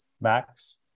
Max